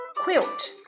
quilt